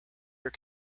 your